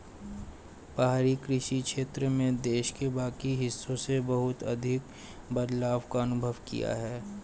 पहाड़ी कृषि क्षेत्र में देश के बाकी हिस्सों से बहुत अधिक बदलाव का अनुभव किया है